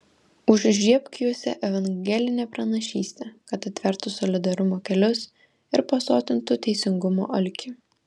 užžiebk juose evangelinę pranašystę kad atvertų solidarumo kelius ir pasotintų teisingumo alkį